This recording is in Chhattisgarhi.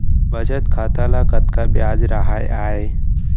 बचत खाता ल कतका ब्याज राहय आय?